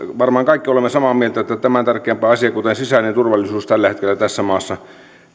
varmaan kaikki olemme samaa mieltä että tämän tärkeämpää asiaa kuin sisäinen turvallisuus tällä hetkellä tässä maassa